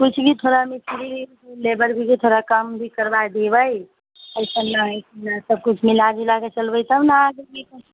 किछु भी थोड़ा ने मिस्त्री लेबरके भी थोड़ा काम भी करबा देबै अइसन नहि हइ सब किछु मिलजुलाके चलबे तब ना अहाँकेँ